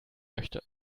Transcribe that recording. möchte